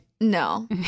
No